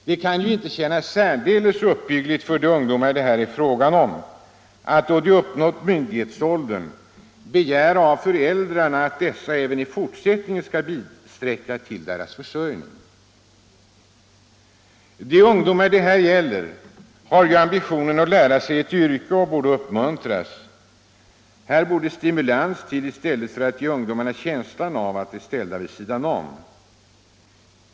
Det kan inte kännas särdeles uppbyggligt för dessa ungdomar att de måste, även då de uppnått myndighetsåldern, begära av föräldrarna att de även i fortsättningen skall bisträcka till försörjningen. De ungdomar det här gäller har ju ambitionen att lära sig ett yrke och borde uppmuntras. Här borde stimulans till i stället för att ge ungdomarna känslan av att de är ställda vid sidan om.